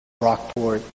Rockport